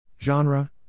Genre